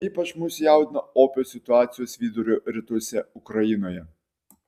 ypač mus jaudina opios situacijos vidurio rytuose ukrainoje